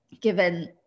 given